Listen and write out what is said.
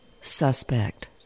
suspect